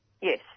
Yes